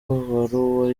baruwa